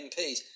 MPs